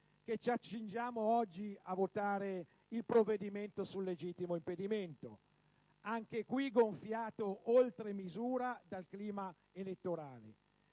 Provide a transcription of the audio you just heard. che ci accingiamo oggi a votare il provvedimento sul legittimo impedimento, gonfiato oltre misura dal clima elettorale.